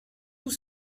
tous